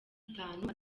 itanu